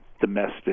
domestic